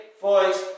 voice